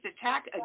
attack